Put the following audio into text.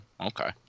okay